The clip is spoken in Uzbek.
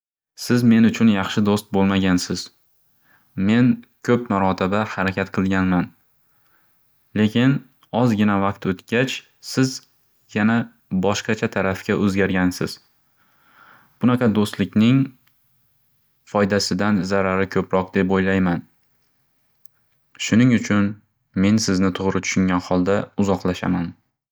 Siz men uchun yaxshi do'st bo'lmagansiz. Men ko'p marotaba harakat qilganman. Lekin ozgina vaqt o'tgach, siz yana boshqacha tarafga o'zgargansiz. Bunaqa do'stlikning foydasidan zarari ko'proq deb o'ylayman. Shuning uchun men sizni to'g'ri tushungan holda uzoqlashaman.